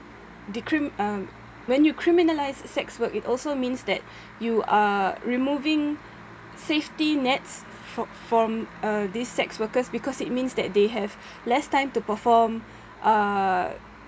dicrim~ uh when you criminalise sex work it also means that you are removing safety nets for from uh these sex workers because it means that they have less time to perform uh